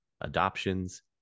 adoptions